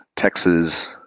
Texas